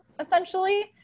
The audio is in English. essentially